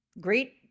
great